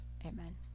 Amen